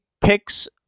picks